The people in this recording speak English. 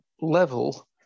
level